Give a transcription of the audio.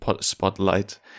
spotlight